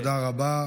תודה רבה.